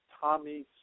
Tommy